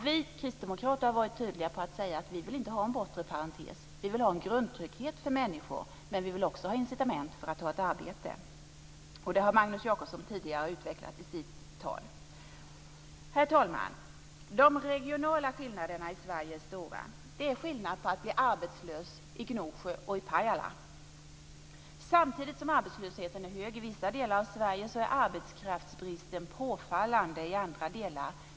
Vi kristdemokrater har varit tydliga med att säga att vi inte vill ha en bortre parentes, utan vi vill ha en grundtrygghet för människor. Men vi vill också ha incitament för att ta ett arbete. Detta har Magnus Jacobsson tidigare i sitt inlägg utvecklat. Herr talman! De regionala skillnaderna i Sverige är stora. Det är skillnad mellan att bli arbetslös i Gnosjö och att bli arbetslös i Pajala. Samtidigt som arbetslösheten är hög i vissa delar av Sverige är arbetskraftsbristen påfallande i andra delar.